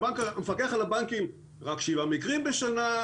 המפקח על הבנקים אומר רק שבעה מקרים בשנה,